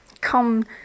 come